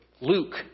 Luke